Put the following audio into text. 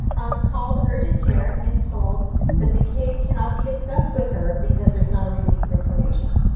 calls urgent care and is told that the case cannot be discussed with her because there's not a release of information.